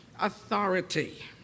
Authority